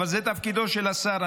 אבל זה תפקידו של השר.